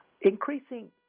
Increasing